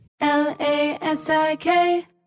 L-A-S-I-K